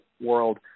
world